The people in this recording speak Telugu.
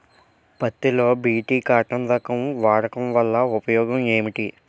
పత్తి లో బి.టి కాటన్ రకం వాడకం వల్ల ఉపయోగం ఏమిటి?